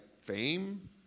fame